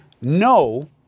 no